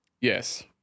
Yes